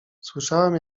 słyszałem